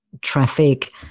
Traffic